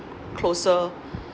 closer